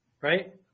right